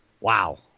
wow